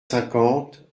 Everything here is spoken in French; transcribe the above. cinquante